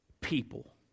people